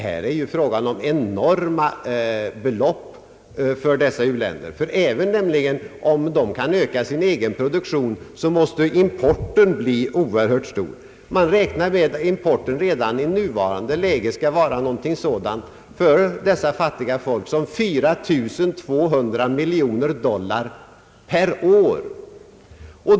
Här är det ju fråga om enorma belopp för dessa u-länder. Även om de kan öka sin egen produktion, måste nämligen importen bli oerhört stor. Man räknar med att importen för dessa fattiga folk redan i nuvarande läge skall röra sig omkring 4200 miljoner dollar per år.